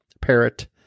parrot